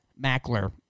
Mackler